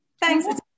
thanks